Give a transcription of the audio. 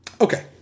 Okay